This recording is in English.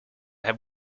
have